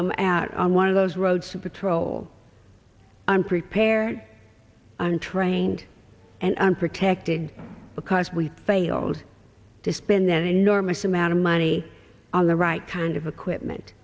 them out on one of those roads to patrol and prepare untrained and unprotected because we failed to spend that enormous amount of money on the right kind of equipment